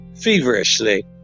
feverishly